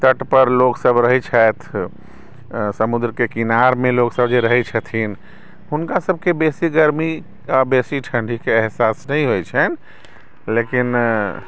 तटपर लोकसभ रहै छथि समुद्रके किनारमे लोकसभ जे रहै छथिन हुनकासभके बेसी गर्मी आ बेसी ठण्डीके अहसास नहि होइ छन्हि लेकिन